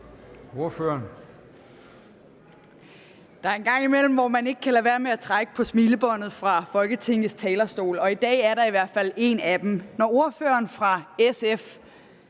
Løhde (V): Der er en gang imellem, hvor man ikke kan lade være med at trække på smilebåndet her på Folketingets talerstol, og i dag sker det i hvert fald. Når fru